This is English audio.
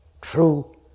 true